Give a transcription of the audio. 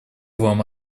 вам